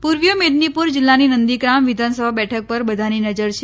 પુર્વીય મેદીનીપુર જીલ્લાની નંદીગ્રામ વિધાનસભા બેઠક પર બધાની નજર છે